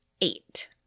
eight